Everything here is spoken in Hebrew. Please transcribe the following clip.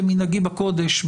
כמנהגי בקודש,